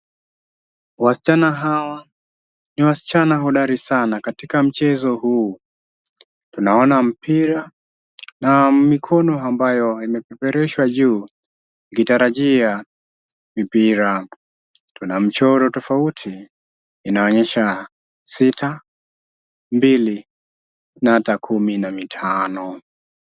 Wasichana hawa ni wasichana hodari sana katika mchezo huu . Tunaona mpira na mikono ambayo imepeperushwa juu ikitarajia mipira. Kuna mchoro tofauti inayoonyesha sita, mbili na hata kumi na mitano.